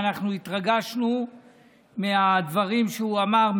אנחנו התרגשנו מהדברים שהוא אמר,